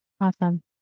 Awesome